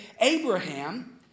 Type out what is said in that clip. Abraham